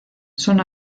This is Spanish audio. son